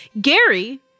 Gary